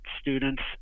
students